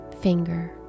finger